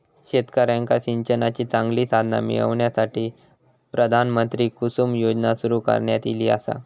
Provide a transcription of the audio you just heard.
शेतकऱ्यांका सिंचनाची चांगली साधना मिळण्यासाठी, प्रधानमंत्री कुसुम योजना सुरू करण्यात ईली आसा